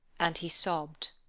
and he sobbed.